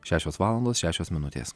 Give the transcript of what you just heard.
šešios valandos šešios minutės